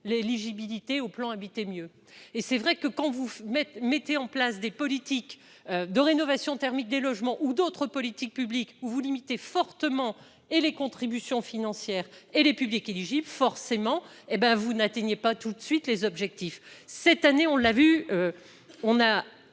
l'éligibilité au plan Habiter mieux et c'est vrai que quand vous me mettez en place des politiques de rénovation thermique des logements ou d'autres politiques publiques ou limiter fortement et les contributions financières et les publics éligibles forcément hé ben vous n'atteignait pas tout de suite les objectifs cette année, on l'a vu, on a